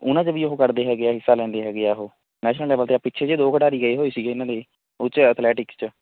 ਉਹਨਾਂ 'ਚ ਵੀ ਉਹ ਕਰਦੇ ਹੈਗੇ ਹੈ ਹਿੱਸਾ ਲੈਂਦੇ ਹੈਗੇ ਹੈ ਉਹ ਨੈਸ਼ਨਲ ਲੈਵਲ 'ਤੇ ਆਹ ਪਿੱਛੇ ਜੇ ਦੋ ਖਿਡਾਰੀ ਗਏ ਹੋਏ ਸੀ ਇਹਨਾਂ ਦੇ ਉਹ 'ਚ ਐਥਲੀਟਿਕਸ 'ਚ